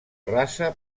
rasa